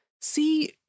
See